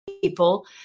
people